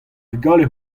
vugale